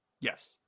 Yes